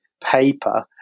paper